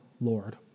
Lord